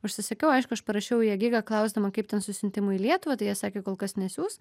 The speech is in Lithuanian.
užsisakiau aišku aš parašiau į agigą klausdama kaip ten su siuntimu į lietuvą tai jie sakė kol kas nesiųs